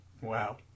Wow